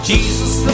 Jesus